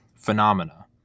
phenomena